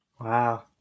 wow